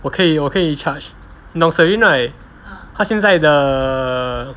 我可以我可以 charge 你懂 serene right 他现在的